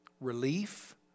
relief